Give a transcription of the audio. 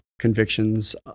convictions